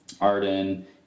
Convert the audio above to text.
Arden